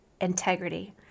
integrity